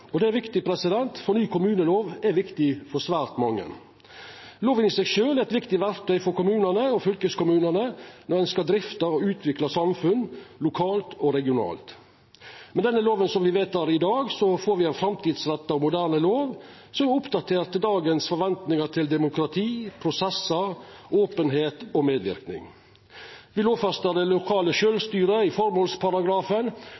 interessentar. Det er viktig, for ny kommunelov er viktig for svært mange. Loven i seg sjølv er eit viktig verktøy for kommunane og fylkeskommunane når ein skal drifta og utvikla samfunn, lokalt og regionalt. Med den loven som me vedtek i dag, får me ein framtidsretta og moderne lov som er oppdatert til dagens forventningar til demokrati, prosessar, openheit og medverknad: Me lovfestar det lokale